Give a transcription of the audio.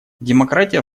демократия